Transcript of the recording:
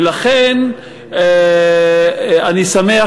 ולכן אני שמח,